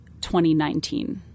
2019